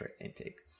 intake